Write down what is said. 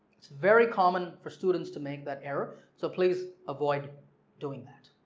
it's very common for students to make that error so please avoid doing that.